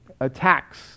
attacks